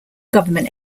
government